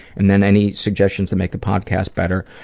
and then, any suggestions to make the podcast better,